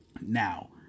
Now